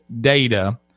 data